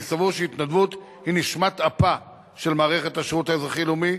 אני סבור שההתנדבות היא נשמת אפה של מערכת השירות האזרחי-לאומי,